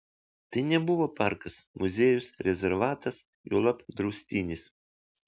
tai nebuvo parkas muziejus rezervatas juolab draustinis